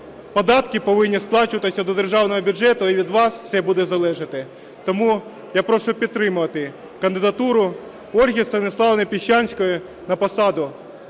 податки повинні сплачуватися до державного бюджету, і від вас це буде залежати. Тому я прошу підтримати кандидатуру Ольги Станіславівни Піщанської на посаду